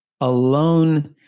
alone